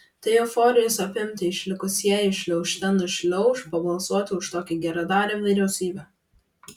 tai euforijos apimti išlikusieji šliaužte nušliauš pabalsuoti už tokią geradarę vyriausybę